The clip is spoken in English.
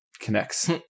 connects